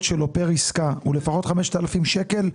שלו פר עסקה הוא לפחות 5,000 שקלים,